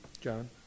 John